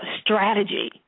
strategy